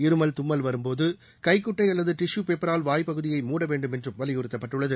இருமல் தும்மல் வரும்போது கைக்குட்டை அல்லது டிஷு பேப்பரால் வாய் பகுதியை மூட வேண்டும் என்றும் வலியுறுத்தப்பட்டுள்ளது